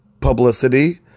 publicity